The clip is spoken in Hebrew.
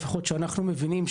שלפחות אנחנו מבינים,